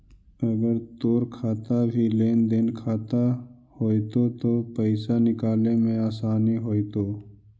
अगर तोर खाता भी लेन देन खाता होयतो त पाइसा निकाले में आसानी होयतो